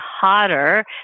hotter